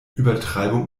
übertreibung